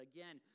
Again